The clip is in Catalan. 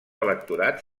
electorat